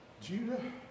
Judah